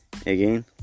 again